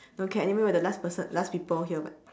don't care anyway we're the last person last people here [what]